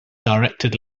directed